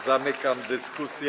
Zamykam dyskusję.